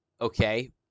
Okay